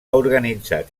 organitzat